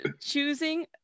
choosing